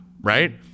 right